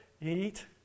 eat